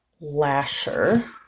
Lasher